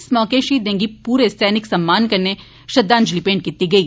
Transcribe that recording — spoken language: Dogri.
इस मौके शहीदें गी पूरे सैनिक सम्मान कन्नै श्रद्वांजलि भेंट कीती गेई